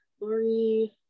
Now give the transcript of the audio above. Lori